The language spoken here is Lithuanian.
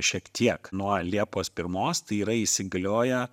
šiek tiek nuo liepos pirmos tai yra įsigalioja